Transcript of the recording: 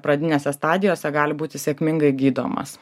pradinėse stadijose gali būti sėkmingai gydomas